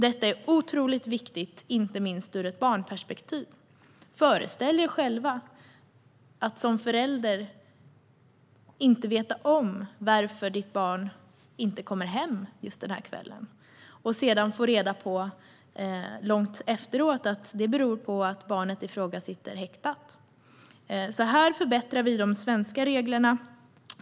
Detta är otroligt viktigt, inte minst ur ett barnperspektiv. Föreställ er själva att som förälder inte veta varför ditt barn inte kommer hem just den här kvällen och sedan långt efteråt få reda på att det berodde på att barnet i fråga satt häktat! Här förbättrar vi de svenska reglerna.